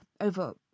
over